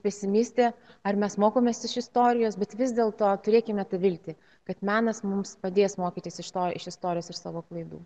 pesimistė ar mes mokomės iš istorijos bet vis dėl to turėkime viltį kad menas mums padės mokytis iš to iš istorijos ir savo klaidų